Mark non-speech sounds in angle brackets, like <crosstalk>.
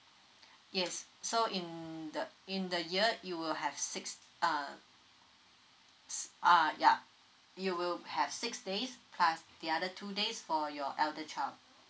<breath> yes so in the in the year you will have six uh s~ uh yeah you will have six days plus the other two days for your elder child